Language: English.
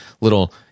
little